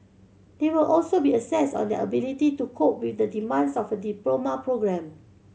they will also be assessed on their ability to cope with the demands of a diploma programme